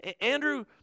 Andrew